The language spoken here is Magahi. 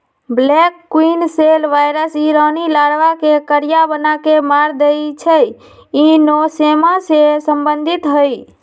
ब्लैक क्वीन सेल वायरस इ रानी लार्बा के करिया बना के मार देइ छइ इ नेसोमा से सम्बन्धित हइ